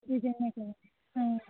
দুয়োজনীয়ে একেলগে অঁ এই